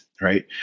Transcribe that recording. right